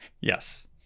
Yes